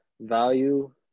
value